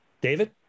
David